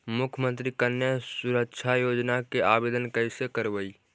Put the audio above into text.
मुख्यमंत्री कन्या सुरक्षा योजना के आवेदन कैसे करबइ?